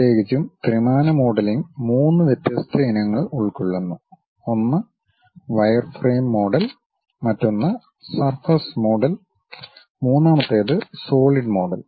പ്രത്യേകിച്ചും ത്രിമാന മോഡലിംഗ് മൂന്ന് വ്യത്യസ്ത ഇനങ്ങൾ ഉൾക്കൊള്ളുന്നു ഒന്ന് വയർഫ്രെയിം മോഡൽ മറ്റൊന്ന് സർഫസ് മോഡൽ മൂന്നാമത്തേത് സോളിഡ് മോഡൽ